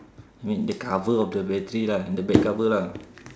I mean the cover of the battery lah the back cover lah